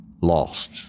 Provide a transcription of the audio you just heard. lost